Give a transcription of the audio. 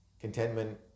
Contentment